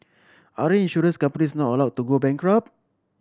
aren't insurance companies not allowed to go bankrupt